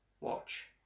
watch